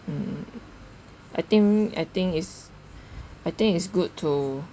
mm I think I think it's I think it's good to